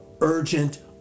urgent